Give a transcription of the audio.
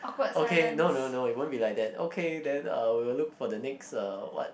okay no no no it won't be like that okay then uh we will look for the next uh what